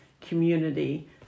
community